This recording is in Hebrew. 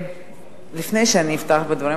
לפני שאני אפתח בדברים,